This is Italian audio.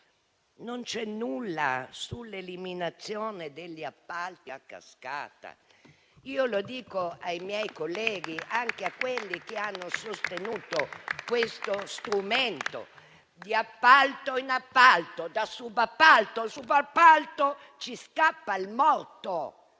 Non c'è nulla sull'eliminazione degli appalti a cascata. Lo dico ai miei colleghi, anche a quelli che hanno sostenuto questo strumento: di appalto in appalto, da subappalto in subappalto, ci scappa il morto.